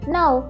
Now